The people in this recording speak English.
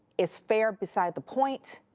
is fair beside the point?